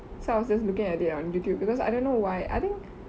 so I was just looking at it on Youtube because I don't know why I think